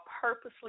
purposely